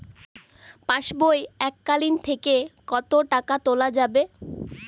পাশবই এককালীন থেকে কত টাকা তোলা যাবে?